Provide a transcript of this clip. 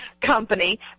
company